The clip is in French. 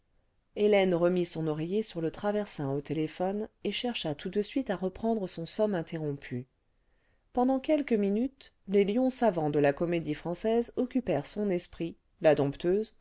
hélène remit son oreiller sur le traversin au téléphone et chercha le vingtième siècle tout de suite à reprendre son somme interrompu pendant quelques minutesr les bons savants de la comédie-française occupèrent son esprit la dompteuse